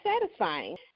satisfying